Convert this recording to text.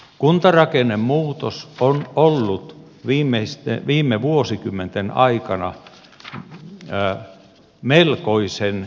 kuntarakennemuutos on ollut viime vuosikymmenten aikana melkoisen suuri